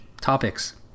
Topics